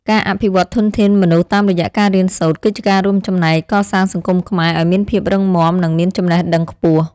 ការអភិវឌ្ឍធនធានមនុស្សតាមរយៈការរៀនសូត្រ គឺជាការរួមចំណែកកសាងសង្គមខ្មែរឱ្យមានភាពរឹងមាំនិងមានចំណេះដឹងខ្ពស់។